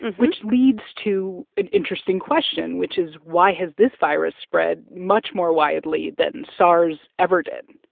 which leads to an interesting question, which is why has this virus spread much more widely than sars ever did?